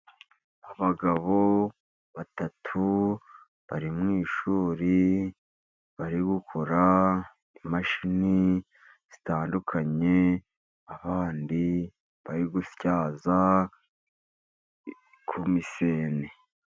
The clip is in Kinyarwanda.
Abagabo batatu bari mu ishuri bari gukora imashini zitandukanye, abandi bari gutyaza ku miseno.